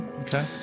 Okay